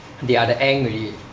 they are the aang already